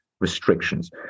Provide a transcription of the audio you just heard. restrictions